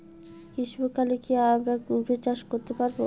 গ্রীষ্ম কালে কি আমরা কুমরো চাষ করতে পারবো?